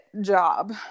job